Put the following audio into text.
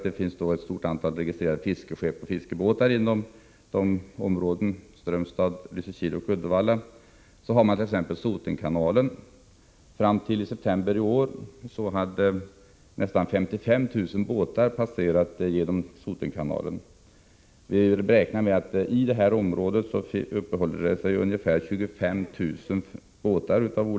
Det finns ett stort antal registrerade fiskebåtar inom området — Å;erkallelse avpro Strömstad-Lysekil-Uddevalla, och därutöver kan jag nämna Sotenkanalen. position Fram till september i år passerade nära 55 000 båtar genom denna kanal. Vi räknar med att omkring 25 000 båtar av olika slag uppehåller sig i detta område under sommarmånaderna.